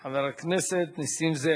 חבר הכנסת נסים זאב.